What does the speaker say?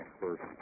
first